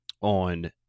on